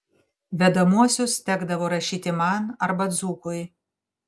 vedamuosius tekdavo rašyti man arba dzūkui